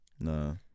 No